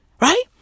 Right